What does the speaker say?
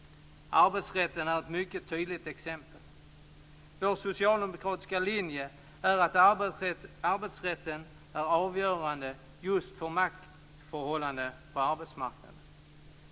Arbetsrätten är ett mycket tydligt exempel. Vår socialdemokratiska linje är att arbetsrätten är avgörande just för maktförhållanden på arbetsmarknaden.